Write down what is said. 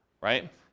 right